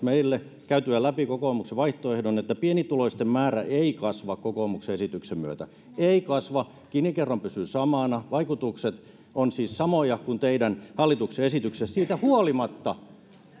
meille käytyään läpi kokoomuksen vaihtoehdon että pienituloisten määrä ei kasva kokoomuksen esityksen myötä ei kasva gini kerroin pysyy samana vaikutukset ovat siis samoja kuin teidän hallituksen esityksessä siitä huolimatta